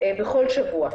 בכל שבוע.